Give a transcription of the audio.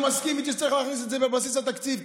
אני מסכים שצריך להכניס את זה לבסיס התקציב,